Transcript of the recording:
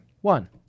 One